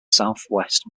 southwest